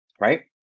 right